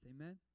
amen